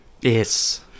yes